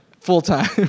full-time